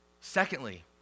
Secondly